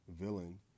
villain